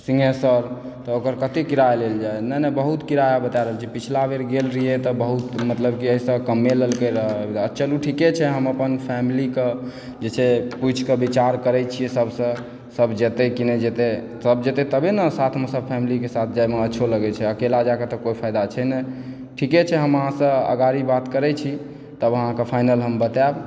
सिंघेश्वर तऽ ओकर कतेक किराया लेल जाय नहि नहि बहुत किराया बता रहल छी पिछला बेर गेल रहि तऽ बहुत मतलब एहिसँ कमे लेलकय रऽ चलु ठीके छै हम अपन फैमिलीकऽ जे छै पूछिके विचार करय छियै सभसँ सभ जतय कि नहि जतय सब जेतै तबे नऽ सभ साथ सभ फैमिलीके साथ जाय मऽ अच्छो लगय छै अकेला जाके तऽ कोई फायदा छै नहि ठीके छै हम अहाँसँ अगाड़ी बात करय छी तब अहाँकऽ फाइनल हम बतायब